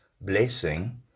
blessing